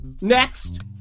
Next